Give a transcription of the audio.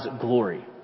glory